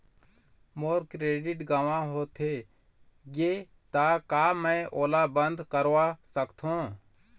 मोर credit गंवा होथे गे ता का मैं ओला बंद करवा सकथों?